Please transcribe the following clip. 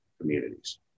communities